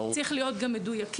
צריך להיות מדויקים.